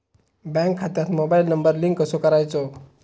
Bank खात्यात mobile number link कसो करायचो?